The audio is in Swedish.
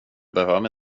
behöver